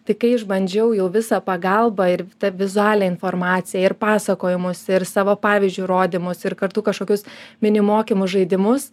tai kai išbandžiau jau visą pagalbą ir tą vizualią informaciją ir pasakojimus ir savo pavyzdžiu įrodymus ir kartu kažkokius mini mokymus žaidimus